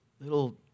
little